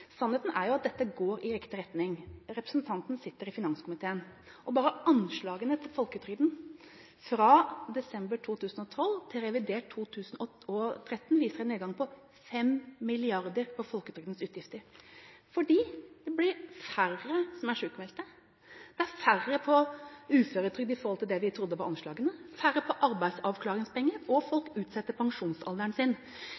Sannheten er at dette går i riktig retning. Representanten sitter i finanskomiteen. Bare anslagene til Folketrygden fra desember 2012 til revidert 2013 viser en nedgang på 5 mrd. kr i Folketrygdens utgifter. Det er fordi det blir færre som er sykmeldte, det er færre på uføretrygd enn det vi trodde var anslagene, det er færre på arbeidsavklaringspenger, og